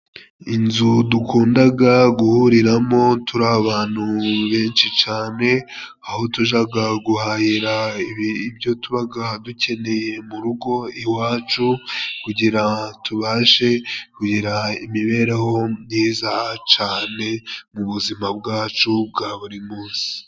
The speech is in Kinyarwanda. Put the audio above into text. Inzu dukundaga guhuriramo turi abantu benshi cane aho tujaga guhahira ibyo tubaga dukeneye mu rugo iwacu kugira tubashe kugira imibereho myiza cane mu buzima bwacu bwa buri munsi.